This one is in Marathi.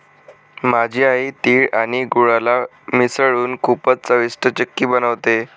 माझी आई तिळ आणि गुळाला मिसळून खूपच चविष्ट चिक्की बनवते